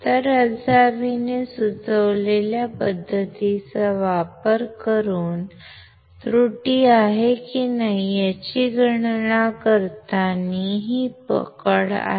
तर रझावीने सुचवलेल्या पद्धतीचा वापर करून त्रुटी आहे की नाही याची गणना करताना ही पकड आहे